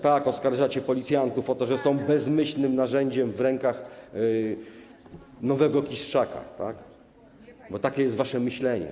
Tak, oskarżacie policjantów o to, że są bezmyślnym narzędziem w rękach nowego Kiszczaka, bo takie jest wasze myślenie.